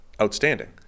outstanding